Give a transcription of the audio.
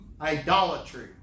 idolatry